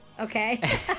Okay